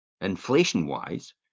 inflation-wise